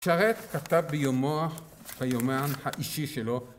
שרת כתב ביומו... ביומן האישי שלו